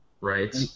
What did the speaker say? Right